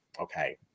Okay